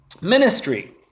ministry